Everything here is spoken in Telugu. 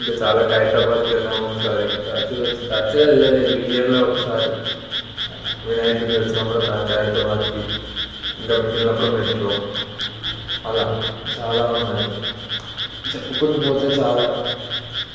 ఇంకా చాలా ఖైరతాబాద్కి వెళ్ళాము ఒకసారి తరచుగా తరచుగా వెళ్ళలేదు ఇయర్లో ఒకసారి వినాయకుని వచ్చినప్పుడు ఖైరతాబాద్కి ఇంకా మిగిలినప్పుడు మెట్రో అలా చాలా ఉన్నాయి చెప్పుకుంటూ పోతే చాలా